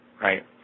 right